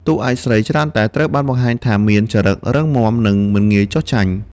តួឯកស្រី ច្រើនតែត្រូវបានបង្ហាញថាមានចរិតរឹងមាំនិងមិនងាយចុះចាញ់។